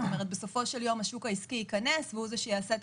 הרי בסופו של יום השוק העסקי ייכנס והוא זה שיעשה את